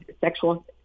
sexual